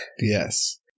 Yes